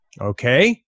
Okay